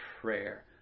prayer